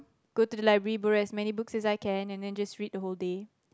go the library borrow as many books as I can and then just read the whole day